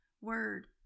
word